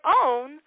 own